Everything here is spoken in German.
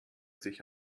sich